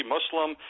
Muslim